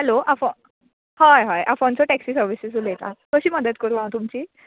hello आ फ हय हय आफोन्सो टेक्सी सर्वीस उलयता कशी मदत करूं हांव तुमची